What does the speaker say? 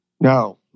No